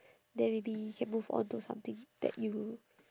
then maybe can move on to something that you